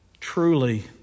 truly